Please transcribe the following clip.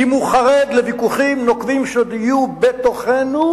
אם הוא חרד לוויכוחים נוקבים שעוד יהיו בתוכנו,